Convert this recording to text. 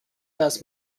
das